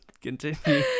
continue